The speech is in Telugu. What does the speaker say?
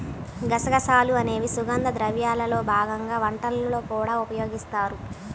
గసగసాలు అనేవి సుగంధ ద్రవ్యాల్లో భాగంగా వంటల్లో కూడా ఉపయోగిస్తారు